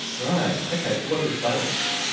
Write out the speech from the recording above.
right, okay, so what are the planets?